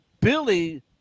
Billy